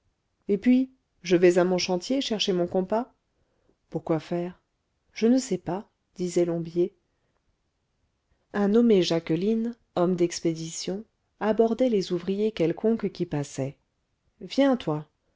et puis je vais à mon chantier chercher mon compas pour quoi faire je ne sais pas disait lombier un nommé jacqueline homme d'expédition abordait les ouvriers quelconques qui passaient viens toi